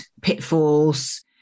pitfalls